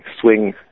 swing